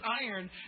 iron